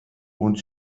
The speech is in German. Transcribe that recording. und